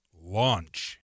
launch